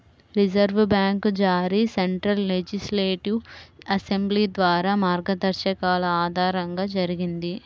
reserve bank జారీ central legislative assembly ద్వారా మార్గదర్శకాల ఆధారంగా జరిగింది